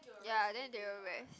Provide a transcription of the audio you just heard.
ya then they will rest